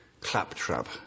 claptrap